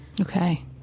Okay